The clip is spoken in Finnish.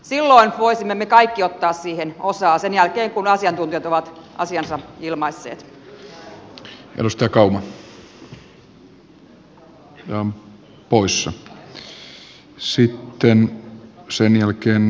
silloin voisimme me kaikki ottaa siihen osaa sen jälkeen kun asiantuntijat ovat asiansa ilmaisseet